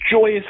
joyous